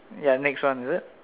ya next one is it